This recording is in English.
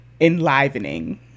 enlivening